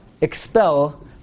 expel